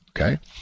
okay